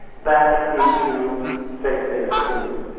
back into faith-based schools.